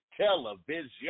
television